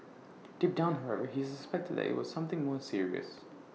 deep down however he suspected IT was something more serious